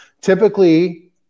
typically